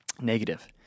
negative